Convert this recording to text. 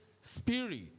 spirit